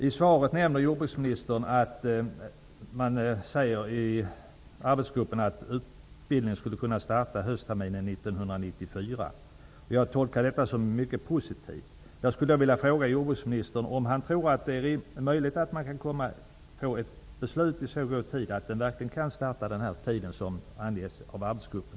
I svaret nämner jordbruksministern att arbetsgruppen säger att utbildningen skulle kunna starta höstterminen 1994. Jag tolkar detta som mycket positivt. Men jag skulle vilja fråga jordbruksministern om han tror att det är möjligt att man kan fatta ett beslut i så god tid att utbildningen verkligen kan starta vid den tidpunkt som anges av arbetsgruppen.